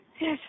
Yes